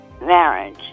marriage